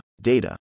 Data